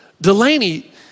Delaney